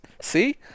See